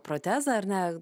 protezą ar ne